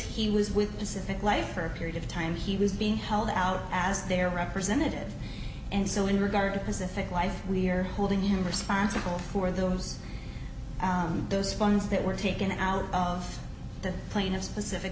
he was with pacific life for a period of time he was being held out as their representative and so in regard to pacific life we're holding him responsible for those those funds that were taken out of the plane of specific